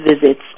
visits